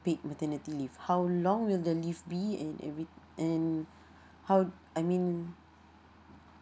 paid maternity leave how long will the leave be and every and how I mean